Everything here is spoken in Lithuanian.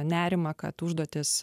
nerimą kad užduotys